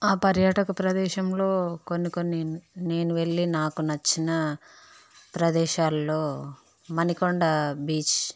ఆ పర్యాటక ప్రదేశంలో కొన్ని కొన్ని నేను వెళ్ళి నాకు నచ్చిన ప్రదేశాల్లో మణికొండ బీచ్